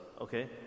Okay